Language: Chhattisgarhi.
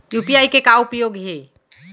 यू.पी.आई के का उपयोग हे?